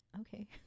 okay